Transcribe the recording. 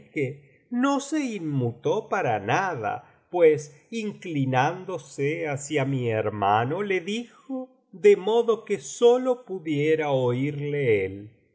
no se inmutó para nada pues inclinándose hacia mi hermano le dijo de modo que sólo pudipra oirle